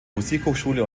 musikhochschule